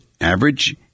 average